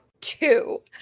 two